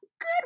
good